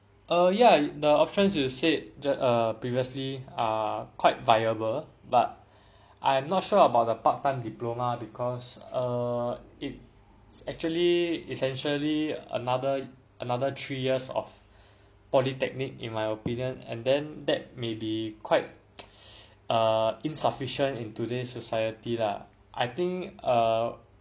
uh ya the options you said the err previously are quite viable but I am not sure about the part time diploma because err it actually is essentially another another three years of polytechnic in my opinion and then that may be quite err insufficient in today's society lah I think err